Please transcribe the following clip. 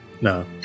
No